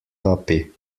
tuppy